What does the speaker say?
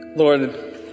Lord